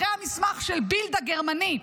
אחרי המסמך של "בילד" הגרמני?